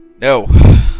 No